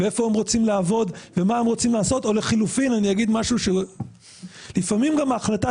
איפה הם רוצים לעבוד ומה הם רוצים לעשות או לחלופין לפעמים גם ההחלטה